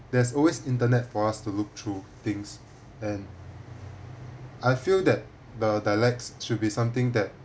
there's always internet for us to look through things and I feel that the dialects should be something that